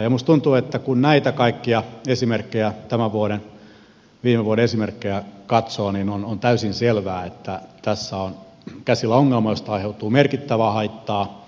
minusta tuntuu että kun näitä kaikkia tämän vuoden ja viime vuoden esimerkkejä katsoo niin on täysin selvää että tässä on käsillä ongelma josta aiheutuu merkittävää haittaa